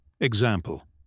Example